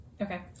Okay